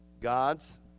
God's